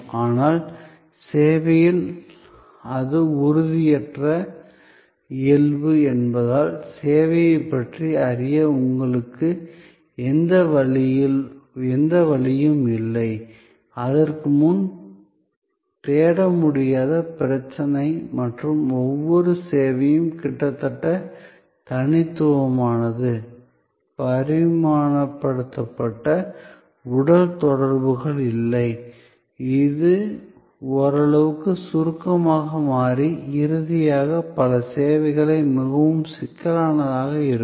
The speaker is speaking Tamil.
ஆனால் சேவையில் அது உறுதியற்ற இயல்பு என்பதால் சேவையைப் பற்றி அறிய உங்களுக்கு எந்த வழியும் இல்லை அதற்கு முன் தேட முடியாத பிரச்சனை மற்றும் ஒவ்வொரு சேவையும் கிட்டத்தட்ட தனித்துவமானது பரிமாணப்படுத்தப்பட்ட உடல் தொடர்புகள் இல்லை இது ஓரளவு சுருக்கமாக மாறி இறுதியாக பல சேவைகள் மிகவும் சிக்கலானதாக இருக்கும்